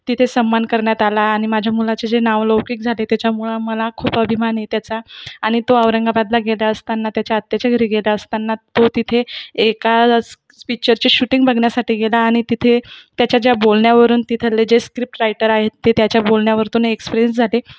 तिथे सन्मान करण्यात आला आणि माझ्या मुलाचे जे नावलौकिक झाले त्याच्यामुळं मला खूप अभिमान आहे त्याचा आणि तो औरंगाबादला गेला असतांना त्याच्या आत्याच्या घरी गेला असताना तो तिथे एका स स पिक्चरची शूटिंग बघण्यासाठी गेला आणि तिथे त्याच्या ज्या बोलण्यावरून तिथले जे स्क्रिप्ट रायटर आहेत ते त्याच्या बोलण्यावरून एक्सप्रेस झाले